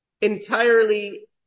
entirely